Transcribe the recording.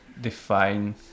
define